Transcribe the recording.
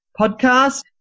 podcast